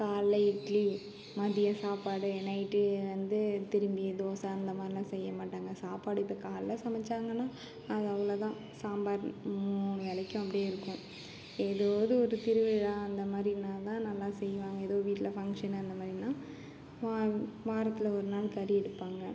காலைல இட்லி மதியம் சாப்பாடு நைட்டு வந்து திரும்பியும் தோசை அந்த மாரிலாம் செய்ய மாட்டாங்க சாப்பாடு இப்போ காலைல சமைச்சாங்கன்னா அது அவ்வளோதான் சாம்பார் மூணு வேளைக்கும் அப்படியே இருக்கும் ஏதாவது ஒரு திருவிழா அந்த மாதிரின்னா தான் நல்லா செய்வாங்க எதுவும் வீட்டில் ஃபங்க்ஷனு அந்த மாதிரின்னா வா வாரத்தில் ஒரு நாள் கறி எடுப்பாங்க